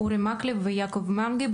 אורי מקלב ויעקב מרגי,